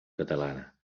catalana